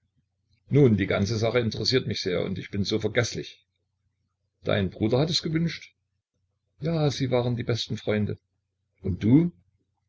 nun die ganze sache interessiert mich sehr und ich bin so vergeßlich dein bruder hat es gewünscht ja sie waren die besten freunde und du